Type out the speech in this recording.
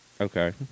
Okay